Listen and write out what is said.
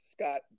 Scott